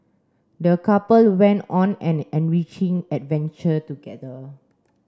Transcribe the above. the couple went on an enriching adventure together